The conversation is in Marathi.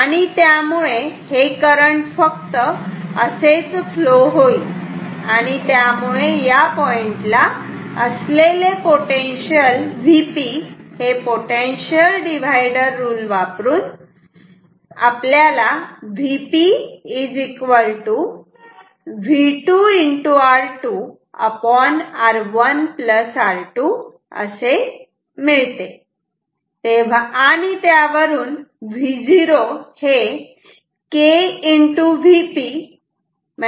तेव्हा हे करंट फक्त असेच फ्लो होईल आणि त्यामुळे या पॉइंटला असलेले पोटेन्शियल Vp हे पोटेन्शियल डिव्हायडर रूल वापरून Vp V2R1R2 x R2 असे असेल